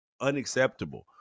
unacceptable